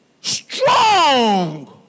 Strong